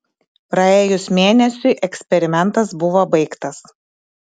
praėjus mėnesiui eksperimentas buvo baigtas